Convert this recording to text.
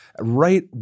Right